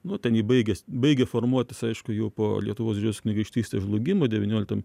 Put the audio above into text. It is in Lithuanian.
nu ten ji baigės baigė formuotis aišku jau po lietuvos didžiosios kunigaikštystės žlugimo devynioliktam